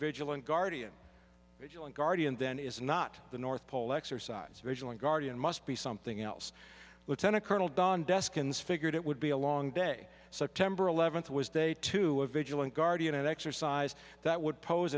vigilant guardian vigilant guardian then is not the north pole exercise originally guardian must be something else lieutenant colonel dan deskins figured it would be a long day september eleventh was day two of vigilant guardian an exercise that would pose